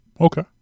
Okay